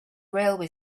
railway